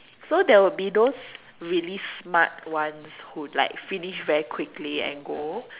so there would be those really smart ones who like finish very quickly and go